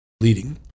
leading